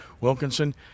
Wilkinson